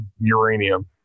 uranium